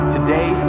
Today